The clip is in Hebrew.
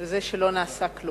על זה שלא נעשה כלום.